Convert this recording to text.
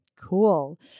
Cool